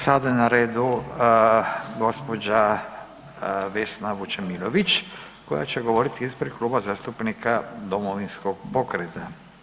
Sada je na redu gđa. Vesna Vučemilović koja će govoriti ispred Kluba zastupnika Domovinskog pokreta.